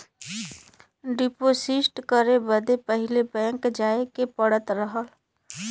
deposit करे बदे पहिले बैंक जाए के पड़त रहल